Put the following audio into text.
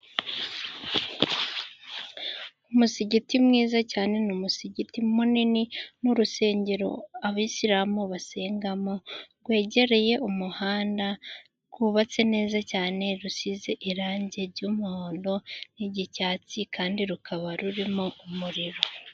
Umusigiti mwiza cyane, ni umusigiti munini ni urusengero abayisilamu basengeramo, rwegereye umuhanda rwubatse neza cyane rusize irangi ry'umuhondo n'icyatsi kandi rukaba rurimo umuriro.